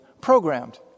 programmed